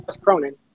Cronin